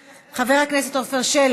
מוותרת, חבר הכנסת עפר שלח,